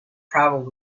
travelled